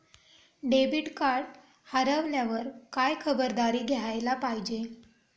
Debit card हरवल्यावर काय खबरदारी घ्यायला पाहिजे?